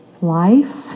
Life